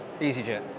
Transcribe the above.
EasyJet